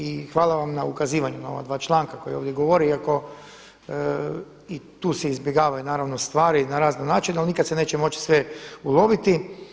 I hvala vam na ukazivanju na ova dva članka koja ovdje govore iako i tu se izbjegavaju naravno stvari na razne načine ali nikad se neće moći sve uloviti.